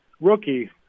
rookie